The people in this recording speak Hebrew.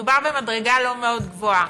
מדובר במדרגה לא מאוד גבוהה,